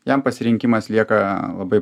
jam pasirinkimas lieka labai